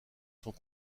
sont